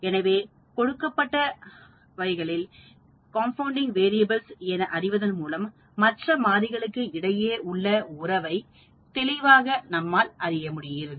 எனவே கொடுக்கப்பட்ட லாரிகளில் எவை கார்ன்பவுண்டிங் மாறிகள் என அறிவதன் மூலம் மற்ற மாரிகளுக்கு இடையே உள்ள உறவை தெளிவாக அறியலாம்